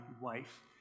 wife